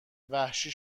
وحشی